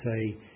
say